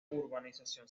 urbanización